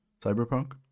Cyberpunk